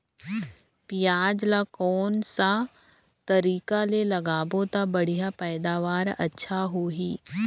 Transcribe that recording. पियाज ला कोन सा तरीका ले लगाबो ता बढ़िया पैदावार अच्छा होही?